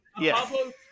Yes